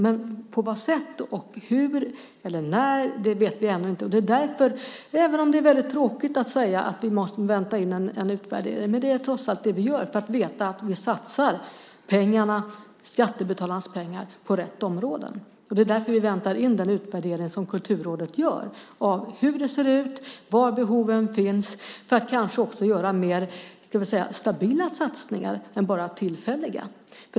Men på vilket sätt, hur eller när vet vi ännu inte. Det är därför, även om det är väldigt tråkigt att säga det, som vi måste vänta in en utvärdering. Men det är trots allt det vi gör, för att veta att vi satsar pengarna, skattebetalarnas pengar, på rätt områden. Det är därför vi väntar in den utvärdering som Kulturrådet gör av hur det ser ut och var behoven finns, för att kanske också göra mer stabila satsningar än bara tillfälliga.